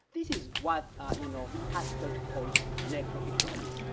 this is what you know haskaj calls necroeconomics.